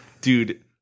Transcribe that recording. dude